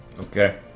Okay